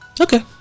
okay